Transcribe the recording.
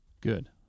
Good